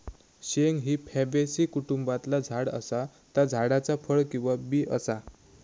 शेंग ही फॅबेसी कुटुंबातला झाड असा ता झाडाचा फळ किंवा बी असा